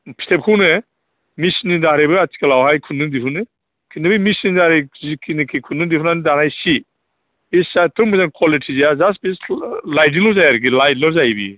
फिथोबखौनो मेसिननि दारैबो आथिखालावहाय खुन्दुं दिहुनो खिन्तु बे मेसिन दारै जिखिनिखि खुन्दुं दिहुननानै दानाय सि बे सियाथ' मोजां कुवालिटि जाया जास्त बे लाइटजोंल' जायो आरोखि लायटल' जायो बेयो